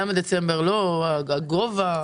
למה לא דצמבר ומה הגובה.